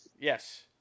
Yes